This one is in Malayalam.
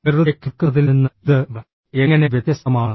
വെറുതെ കേൾക്കുന്നതിൽ നിന്ന് ഇത് എങ്ങനെ വ്യത്യസ്തമാണ്